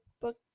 book